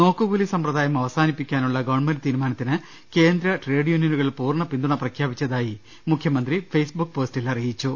നോക്കുകൂലി സമ്പ്രദായം അവസാനിപ്പിക്കാനുള്ള ഗവൺമെന്റ് തീരുമാനത്തിന് കേന്ദ്ര ട്രേഡ് യൂണിയനുകൾ പൂർണ പിന്തുണ പ്രഖ്യാപിച്ചതായി മുഖ്യമന്ത്രി ഫെയ്സ്ബുക്ക് പോസ്റ്റിൽ അറിയിച്ചു